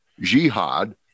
jihad